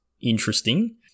interesting